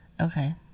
Okay